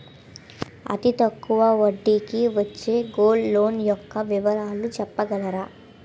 అతి తక్కువ వడ్డీ కి వచ్చే గోల్డ్ లోన్ యెక్క వివరాలు చెప్పగలరా?